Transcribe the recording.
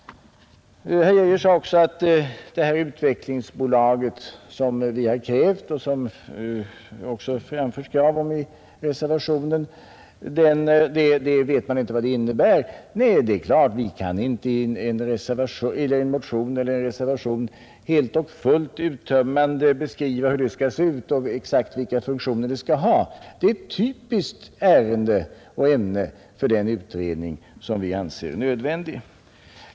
Herr Geijer sade också att man inte vet vad det utvecklingsbolag innebär som vi framfört krav om i reservationen. I en motion eller en reservation kan vi ju inte helt och fullt uttömmande beskriva hur ett sådant bolag skall se ut eller exakt vilka funktioner det skall ha. Det är därför ett typiskt ämne för den utredning som vi anser nödvändig.